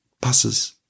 buses